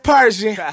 Persian